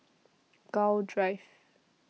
Gul Drive